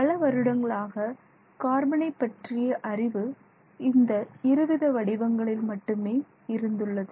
பல வருடங்களாக கார்பனை பற்றிய அறிவு இந்த இருவித வடிவங்களில் மட்டுமே இருந்துள்ளது